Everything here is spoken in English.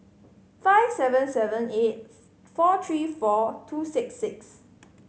five seven seven eight four three four two six six